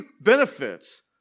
benefits